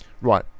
Right